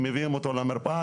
הם מביאים אותו למרפאה,